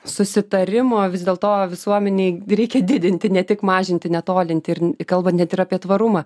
susitarimo vis dėlto visuomenėj reikia didinti ne tik mažinti netolinti ir kalbant ne tik apie tvarumą